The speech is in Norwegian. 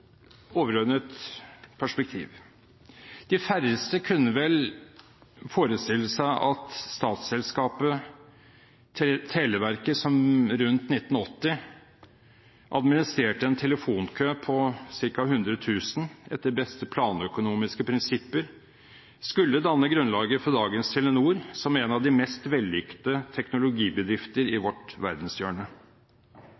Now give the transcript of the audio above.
overordnet perspektiv. De færreste kunne vel forestilt seg at statsselskapet Televerket, som rundt 1980 administrerte en telefonkø på ca. 100 000 etter beste planøkonomiske prinsipper, skulle danne grunnlaget for dagens Telenor, som er en av de mest vellykkede teknologibedrifter i